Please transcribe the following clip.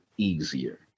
Easier